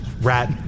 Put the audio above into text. rat